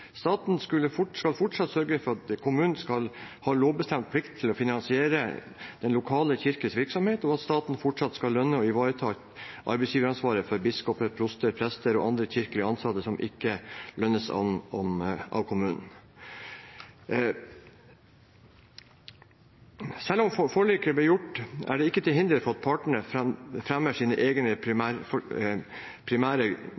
Staten skal fortsatt sørge for at kommunene har lovbestemt plikt til å finansiere den lokale kirkes virksomhet, og staten skal fortsatt lønne og ivareta arbeidsgiveransvaret for biskoper, proster, prester og andre kirkelig ansatte som ikke lønnes av kommunene. Selv om forliket ble gjort, er det ikke til hinder for at partene fremmer sine egne primære